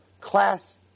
class